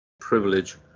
privilege